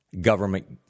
government